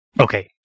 Okay